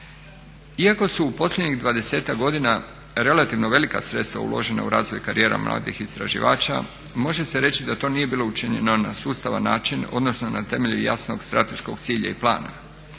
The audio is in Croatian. Iako su u posljednjih 20-ak godina relativno velika sredstva uložena u razvoj karijera mladih istraživača može se reći da to nije bilo učinjeno na sustavan način odnosno na temelju jasnog strateškog cilja i plana.